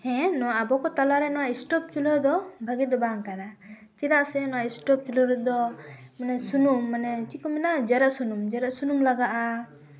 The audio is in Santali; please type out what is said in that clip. ᱦᱮᱸ ᱱᱚᱣᱟ ᱟᱵᱚ ᱠᱚ ᱛᱟᱞᱟᱨᱮ ᱱᱚᱣᱟ ᱤᱥᱴᱳᱵᱽ ᱪᱩᱞᱦᱟᱹ ᱫᱚ ᱵᱷᱟᱜᱮ ᱫᱚ ᱵᱟᱝ ᱠᱟᱱᱟ ᱪᱮᱫᱟᱜ ᱥᱮ ᱱᱚᱣᱟ ᱥᱴᱳᱵᱽ ᱪᱩᱞᱦᱟᱹ ᱨᱮᱫᱚ ᱢᱟᱱᱮ ᱥᱩᱱᱩᱢ ᱢᱟᱱᱮ ᱪᱮᱫ ᱠᱚ ᱢᱮᱱᱟ ᱡᱚᱨᱚ ᱥᱩᱱᱩᱢ ᱡᱚᱨᱚ ᱥᱩᱱᱩᱢ ᱞᱟᱜᱟᱜᱼᱟ